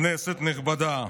כנסת נכבדה,